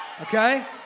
Okay